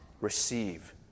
receive